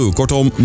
Kortom